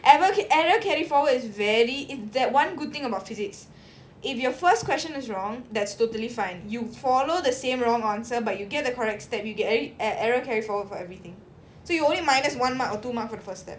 error error carried forward is very it's that one good thing about physics if your first question is wrong that's totally fine you follow the same wrong answer but you get the correct step you get every error carry forward for everything so you only minus one mark or two mark for the first step